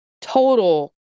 total